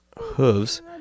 hooves